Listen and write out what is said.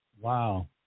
Wow